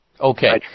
Okay